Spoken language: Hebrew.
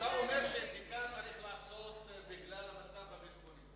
אתה אומר שבדיקה צריך לעשות בגלל המצב הביטחוני.